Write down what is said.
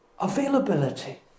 availability